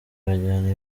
bajyana